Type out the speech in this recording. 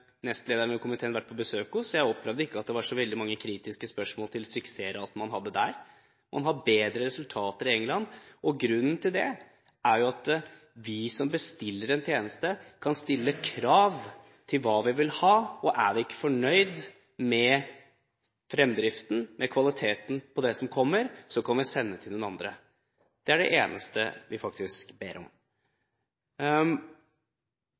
nestlederen i komiteen vært på besøk hos. Jeg opplevde ikke at det var så veldig mange kritiske spørsmål til suksessraten man hadde der. Man har bedre resultater i England, og grunnen til det er at de som bestiller en tjeneste, kan stille krav til hva de vil ha, og er man ikke fornøyd med fremdriften og kvaliteten på det som kommer, kan man sende til andre. Det er det eneste vi faktisk ber om.